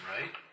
right